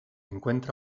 encuentra